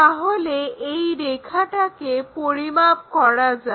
তাহলে এই রেখাটাকে পরিমাপ করা যাক